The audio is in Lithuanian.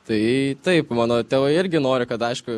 tai taip mano tėvai irgi nori kad aišku